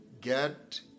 Get